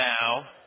Now